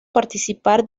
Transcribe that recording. participar